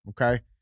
okay